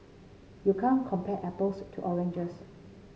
you can't compare apples to oranges